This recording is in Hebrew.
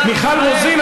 משום שמיכל רוזין,